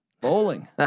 Bowling